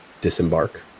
disembark